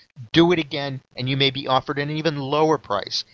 do it again, and you may be offered and and even lower price.